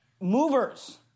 movers